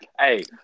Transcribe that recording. Hey